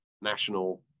national